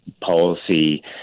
policy